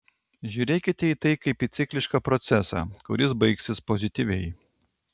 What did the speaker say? žiūrėkite į tai kaip į ciklišką procesą kuris baigsis pozityviai